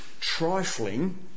trifling